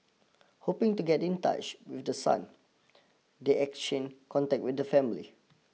hoping to get in touch with the son they exchange contact with the family